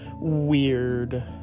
weird